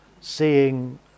seeing